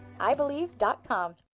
iBelieve.com